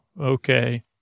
Okay